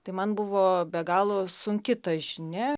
tai man buvo be galo sunki ta žinia